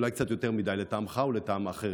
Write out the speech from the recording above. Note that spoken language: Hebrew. אולי קצת יותר מדי לטעמך או לטעם האחרים.